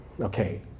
Okay